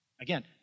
Again